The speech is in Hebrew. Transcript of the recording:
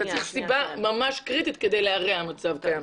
אתה צריך סיבה ממש קריטית כדי להרע מצב קיים.